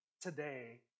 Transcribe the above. today